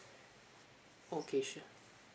okay sure